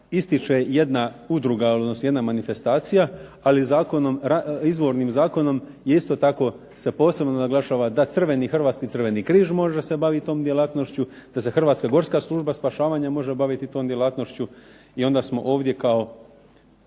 ističe jedna udruga, odnosno jedna manifestacija. Ali izvornim zakonom je isto tako se posebno naglašava da crveni, Hrvatski Crveni križ može se baviti tom djelatnošću, da se Hrvatska gorska služba spašavanja može baviti tom djelatnošću i onda smo ovdje kao